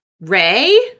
Ray